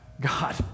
God